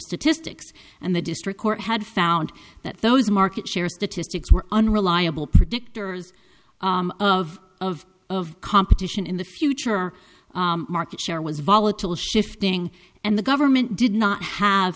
statistics and the district court had found that those market share statistics were unreliable predictors of of of competition in the future our market share was volatile shifting and the government did not have